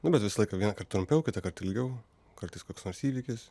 nu bet visą laiką vieną kart trumpiau kitą kart ilgiau kartais koks nors įvykis